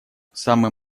самым